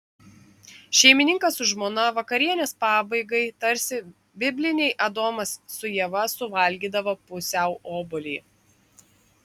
šeimininkas su žmona vakarienės pabaigai tarsi bibliniai adomas su ieva suvalgydavo pusiau obuolį